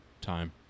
time